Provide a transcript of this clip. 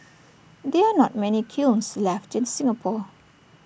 there are not many kilns left in Singapore